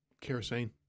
kerosene